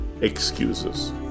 excuses